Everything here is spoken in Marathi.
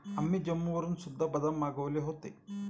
आम्ही जम्मूवरून सुद्धा बदाम मागवले होते